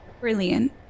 brilliant